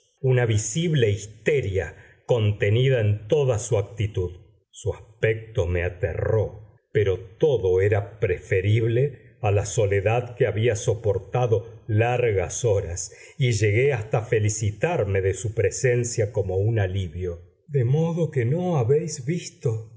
una visible histeria contenida en toda su actitud su aspecto me aterró pero todo era preferible a la soledad que había soportado largas horas y llegué hasta felicitarme de su presencia como un alivio de modo que no habéis visto